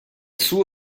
suo